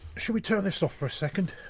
should we turn this off for a second?